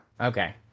Okay